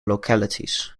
localities